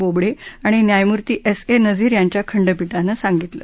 बोबडे आणि न्यायमूर्ती S A Nazeer यांच्या खंडपीठानं सांगितलं